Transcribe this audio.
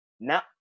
now